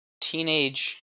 teenage